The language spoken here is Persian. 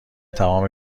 تمام